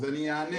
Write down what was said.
אז אני אענה.